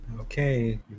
okay